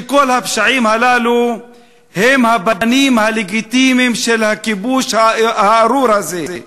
שכל הפשעים הללו הם הבנים הלגיטימיים של הכיבוש הארור הזה,